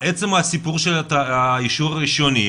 ועכשיו הסיפור של האישור הראשוני,